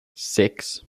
six